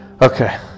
okay